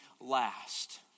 last